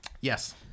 Yes